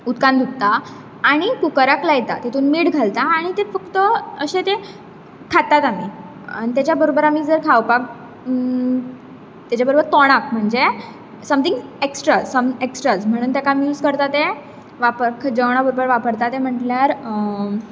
उदकांत धुता आनी कुकराक लायता तितूंत मीठ घालता आनी ते फक्त अशे ते खातात आमी आनी तेच्या बरोबर जार आमी तर खावपाक तेच्या बरोबर तोंडाक म्हणचे समथींग एक्सट्रा सम एक्सट्रा जेवणा बरोबर वापरता तें म्हणल्यार